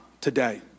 today